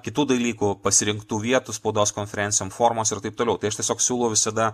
kitų dalykų pasirinktų vietų spaudos konferencijom formos ir taip toliau tai aš tiesiog siūlau visada